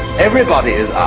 everybody is